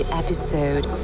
episode